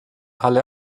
halle